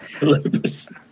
Lupus